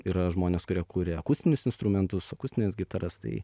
yra žmonės kurie kuria akustinius instrumentus akustines gitaras tai